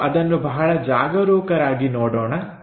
ನಾವು ಅದನ್ನು ಬಹಳ ಜಾಗರೂಕರಾಗಿ ನೋಡೋಣ